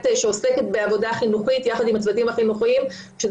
היא עוסקת בעבודה חינוכית יחד עם הצוותים החינוכיים כאשר